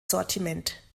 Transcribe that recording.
sortiment